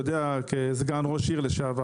יודע כסגן ראש עיר לשעבר,